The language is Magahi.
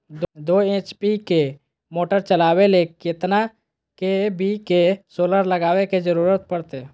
दो एच.पी के मोटर चलावे ले कितना के.वी के सोलर लगावे के जरूरत पड़ते?